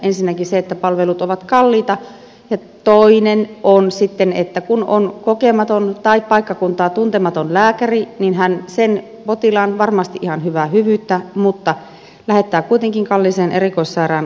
ensinnäkin on se että palvelut ovat kalliita ja toinen on sitten se että kun on kokematon tai paikkakuntaa tuntematon lääkäri niin hän sen potilaan varmasti ihan hyvää hyvyyttään lähettää kuitenkin kalliiseen erikoissairaanhoitoon